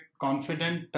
confident